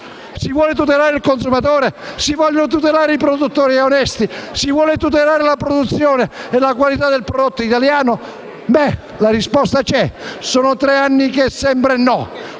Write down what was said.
Si vuole tutelare il consumatore, si vogliono tutelare i produttori onesti, la produzione e la qualità del prodotto italiano? Bene, la risposta c'è. Sono tre anni che dite